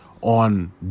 on